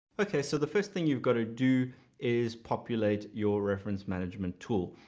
okay, so the first thing you've got to do is populate your reference management tool,